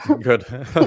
Good